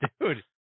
Dude